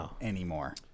anymore